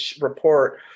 report